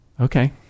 okay